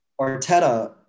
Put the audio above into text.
Arteta